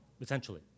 essentially